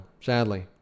sadly